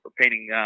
painting